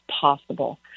possible